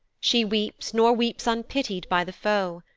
she weeps, nor weeps unpity'd by the foe.